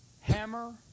hammer